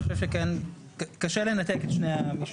אני חושב שקשה לנתק את שני המישורים